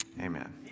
Amen